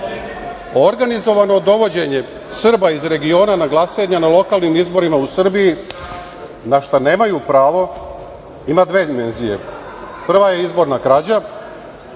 Organizovano dovođenje Srba iz regiona na glasanje na lokalnim izborima u Srbiji, na šta nemaju pravo, ima dve dimenzije. Prva je izborna krađa,